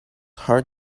hard